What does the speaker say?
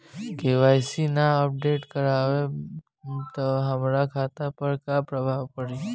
KYC ना update करवाएम त हमार खाता पर का प्रभाव पड़ी?